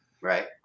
Right